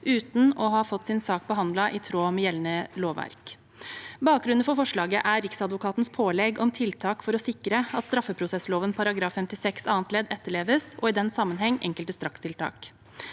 uten å ha fått sin sak behandlet i tråd med gjeldende lovverk. Bakgrunnen for forslaget er Riksadvokatens pålegg om tiltak for å sikre at straffeprosessloven § 56 annet ledd etterleves, og i den sammenheng enkelte strakstiltak.